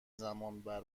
زمانبر